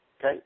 Okay